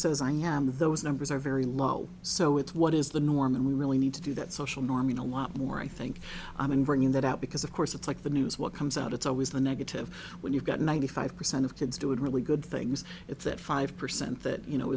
says i am of those numbers are very low so it's what is the norm and we really need to do that social norm in a lot more i think i mean bringing that out because of course it's like the news what comes out it's always the negative when you've got ninety five percent of kids doing really good things it's that five percent that you know it